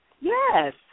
Yes